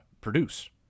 produce